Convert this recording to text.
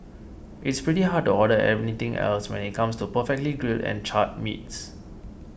it's pretty hard to order anything else when it comes to perfectly grilled and charred meats